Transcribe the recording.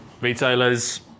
retailers